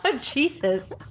Jesus